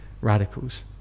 radicals